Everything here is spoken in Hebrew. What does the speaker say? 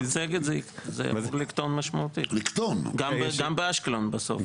במצגת זה עשוי לקטון משמעותית גם באשקלון בסוף.